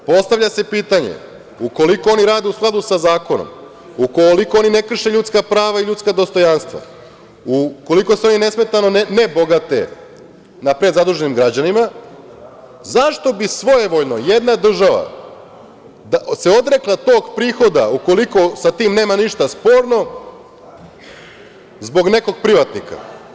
Postavlja se pitanje, ukoliko oni rade u skladu sa zakonom, ukoliko oni ne krše ljudska prava i ljudska dostojanstva, ukoliko se oni nesmetano ne bogate na prezaduženim građanima, zašto bi svojevoljno jedna država se odrekla tog prihoda, ukoliko sa tim nema ništa sporno zbog nekog privatnika?